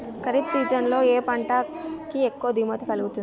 Kharif season లో ఏ పంట కి ఎక్కువ దిగుమతి కలుగుతుంది?